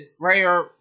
rare